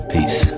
Peace